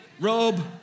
robe